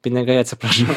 pinigai atsiprašau